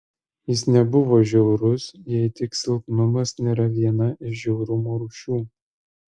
jis nebuvo žiaurus jei tik silpnumas nėra viena iš žiaurumo rūšių